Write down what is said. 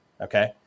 Okay